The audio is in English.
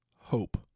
hope